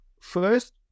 first